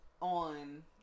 on